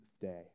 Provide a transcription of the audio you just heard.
day